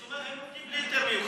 זאת אומרת, הם עובדים בלי היתר מיוחד?